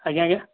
ଆଜ୍ଞା ଆଜ୍ଞା